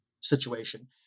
situation